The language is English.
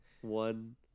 one